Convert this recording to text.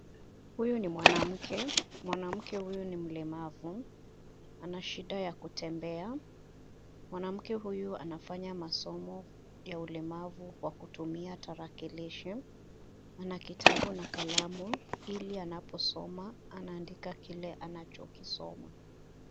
Huyu ni mwanamke. Mwanamke huyu ni mlemavu; ana shida ya kutembea. Mwanamke huyu anafanya masomo ya ulemavu wa kutumia tarakilishi, ana kitabu na kalamu, ili anaposoma anaandika kile anachokisoma.